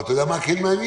אתה יודע מה כן מעניין?